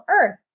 earth